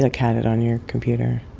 like, had it on your computer.